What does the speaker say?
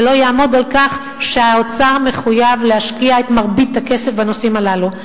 ולא יעמוד על כך שהאוצר מחויב להשקיע את מרבית הכסף בנושאים הללו.